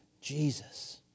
Jesus